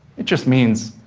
it just means